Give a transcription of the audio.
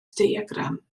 diagram